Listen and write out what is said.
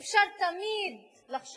תמיד אפשר לחשוב